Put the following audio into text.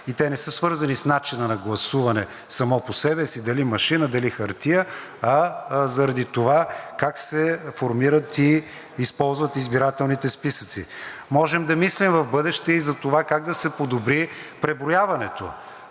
Те не са свързани с начина на гласуване само по себе си – дали машина, дали хартия, а заради това как се формират и използват избирателните списъци. Можем да мислим в бъдеще и за това как да се подобри преброяването,